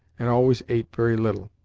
and always ate very little.